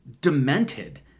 demented